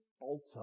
alter